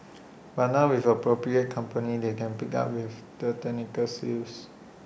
but now with appropriate companies they can pick up with the technical skills